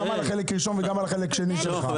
על החלק הראשון וגם על החלק השני של שאלתך.